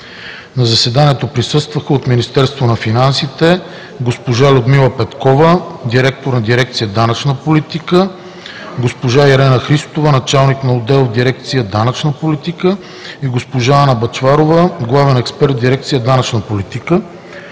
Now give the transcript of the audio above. На заседанието присъстваха от Министерството на финансите: госпожа Людмила Петкова – директор на дирекция „Данъчна политика“, госпожа Ирена Христова – началник на отдел в дирекция „Данъчна политика“, и госпожа Анна Бъчварова – главен експерт в дирекция „Данъчна политика“.